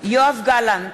יואב גלנט,